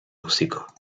músico